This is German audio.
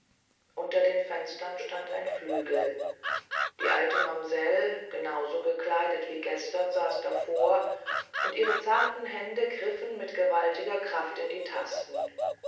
unter den fenstern stand ein flügel die alte mamsell genau so gekleidet wie gestern saß davor und ihre zarten hände griffen mit gewaltiger kraft in die tasten